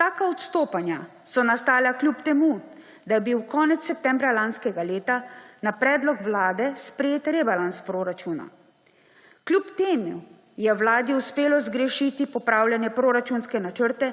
Taka odstopanja so nastala, kljub temu da je bil konec septembra lanskega leta na predlog vlade sprejet rebalans proračuna. Kljub temu je vladi uspeli zgrešiti popravljane proračunske načrte